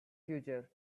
future